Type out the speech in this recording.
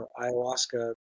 ayahuasca